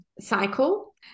cycle